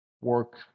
work